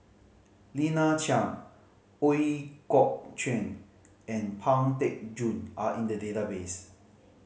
Lina Chiam Ooi Kok Chuen and Pang Teck Joon are in the database